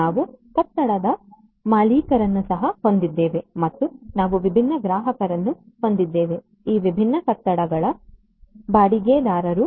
ನಾವು ಕಟ್ಟಡದ ಮಾಲೀಕರನ್ನು ಸಹ ಹೊಂದಿದ್ದೇವೆ ಮತ್ತು ನಾವು ವಿಭಿನ್ನ ಗ್ರಾಹಕರನ್ನು ಹೊಂದಿದ್ದೇವೆ ಈ ವಿಭಿನ್ನ ಕಟ್ಟಡಗಳ ಬಾಡಿಗೆದಾರರು